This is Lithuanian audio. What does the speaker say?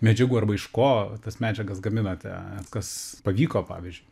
medžiagų arba iš ko tas medžiagas gaminate kas pavyko pavyzdžiui